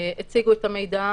הציגו את המידע,